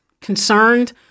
concerned